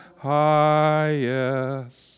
highest